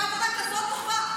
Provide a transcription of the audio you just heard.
עושה עבודה כזאת טובה,